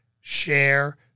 share